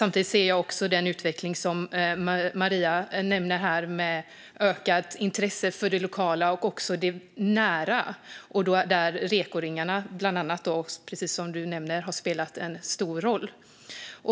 Samtidigt ser jag också den utveckling som Maria nämner här, med ökat intresse för det lokala och också det närproducerade, där bland annat rekoringarna har spelat en stor roll.